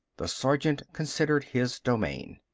the sergeant considered his domain.